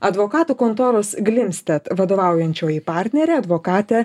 advokatų kontoros glimstedt vadovaujančioji partnerė advokatė